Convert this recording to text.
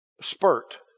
spurt